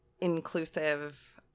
inclusive